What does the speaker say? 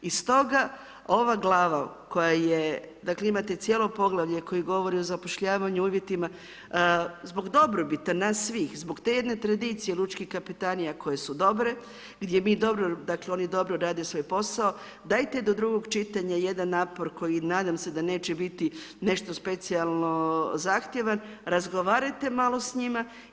I stoga ova glava koja je, dakle, imate cijelo poglavalja, koja govori o zapošljavanja i uvjetima, zbog dobrobit nas svih, zbog te jedne tradicija lučkih kapetanija koje su dobro, gdje mi dobro, dakle, oni dobro rade svoj posao, dajte do drugog čitanja, jedan napor, koji nadam se da neće biti nešto specijalno zahtjevan, razgovarajte malo s njima.